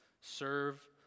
Serve